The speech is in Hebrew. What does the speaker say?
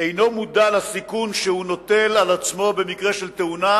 אינו מודע לסיכון שהוא נוטל על עצמו במקרה של תאונה,